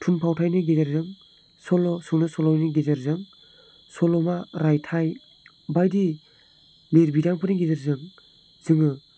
थुनफावथायनि गेजेरजों सल' सुंद' सल'नि गेजेरजों सल'मा रायथाइ बायदि लिरबिदांफोरनि गेजेरजों जोङो